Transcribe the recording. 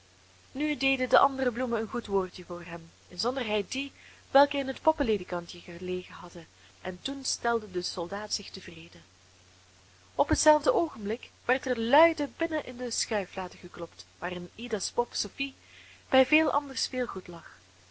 nu deden de andere bloemen een goed woordje voor hem inzonderheid die welke in het poppenledekantje gelegen hadden en toen stelde de soldaat zich tevreden op hetzelfde oogenblik werd er luide binnen in de schuiflade geklopt waarin ida's pop sophie bij veel ander speelgoed lag